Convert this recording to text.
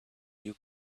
you